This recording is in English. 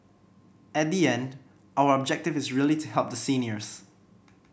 at the end our objective is really to help the seniors